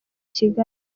kigali